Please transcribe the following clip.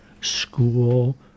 school